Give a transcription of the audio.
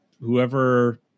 whoever